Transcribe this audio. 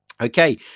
Okay